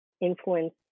influence